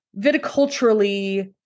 viticulturally